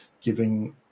giving